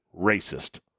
racist